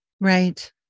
Right